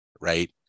right